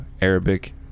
Arabic